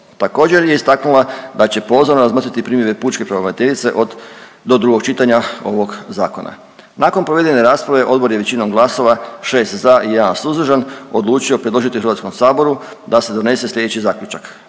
Također je istaknula da će pozorno razmotriti primjere pučke pravobraniteljice od, do drugog čitanja ovog zakona. Nakon provedene rasprave odbor je većinom glasova, 6 za i 1 suzdržan odlučio predložiti Hrvatskom saboru da se donese slijedeći Zaključak.